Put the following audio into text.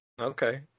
Okay